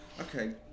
Okay